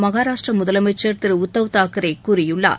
மஹாராஷ்ட்ர முதலமைச்சர் திரு உத்தவ் தாக்கரே கூறியுள்ளார்